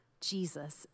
Jesus